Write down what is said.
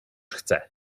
chcę